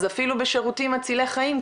אז אפילו בשירותים מצילי חיים,